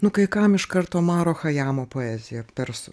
nu kai kam iškart omaro chajamo poezija persų